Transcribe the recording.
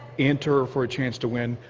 enter for a chance to win.